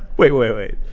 wait, wait, wait,